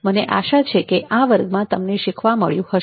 મને આશા છે કે આ વર્ગમાં તમને શીખવા મળ્યું હશે